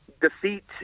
defeat